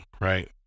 right